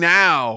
now